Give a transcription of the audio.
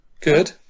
Good